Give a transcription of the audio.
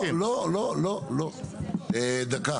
לא דקה,